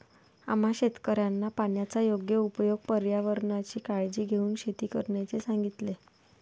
आम्हा शेतकऱ्यांना पाण्याचा योग्य उपयोग, पर्यावरणाची काळजी घेऊन शेती करण्याचे सांगितले